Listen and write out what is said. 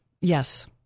Yes